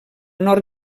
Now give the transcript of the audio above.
nord